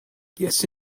yes